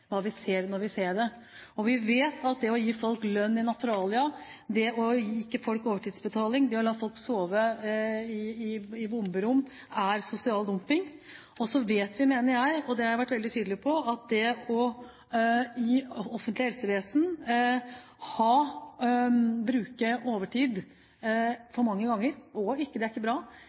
ser når vi ser det. Vi vet at det å gi folk lønn i naturalia, det ikke å gi folk overtidsbetaling og det å la folk sove i bomberom er sosial dumping. Så vet vi, mener jeg, og det har jeg vært veldig tydelig på, at det å bruke overtid for mange ganger i det offentlige helsevesenet ikke er bra,